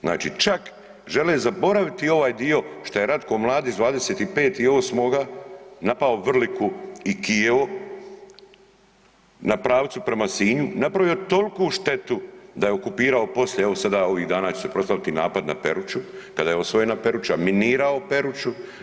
Znači čak žele zaboraviti ovaj dio šta je Ratko Mladić 25.8. napao Vrliku i Kijevo na pravcu prema Sinju, napravio je toliku štetu da je okupirao poslije, evo sada ovih dana će se proslaviti napad na Peruču kada je osvojena Peruča, minirao Peruču.